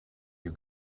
you